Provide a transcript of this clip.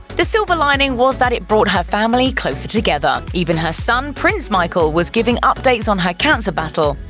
the silver lining was that it brought her family closer together. even her son, prince michael, was giving updates on her cancer battle.